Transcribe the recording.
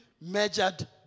measured